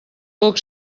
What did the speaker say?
poc